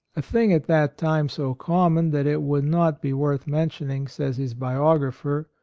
a thing at that time so common that it would not be worth mentioning, says his biographer,